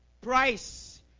price